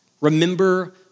Remember